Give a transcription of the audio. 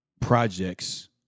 projects